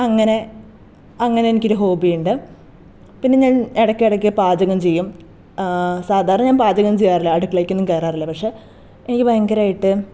അങ്ങനെ അങ്ങനെ എനിക്കൊരു ഹോബി ഉണ്ട് പിന്നെ ഞാൻ ഇടക്കിടക്ക് പാചകം ചെയ്യും സാധാരണ ഞാൻ പാചകം ചെയ്യാറില്ല അടുക്കളേക്കൊന്നും കയറാറില്ല പക്ഷേ എനിക്ക് ഭയങ്കരമായിട്ട്